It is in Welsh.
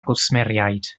gwsmeriaid